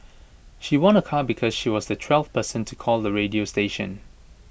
she won A car because she was the twelfth person to call the radio station